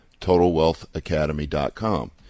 TotalWealthAcademy.com